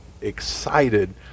excited